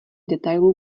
detailů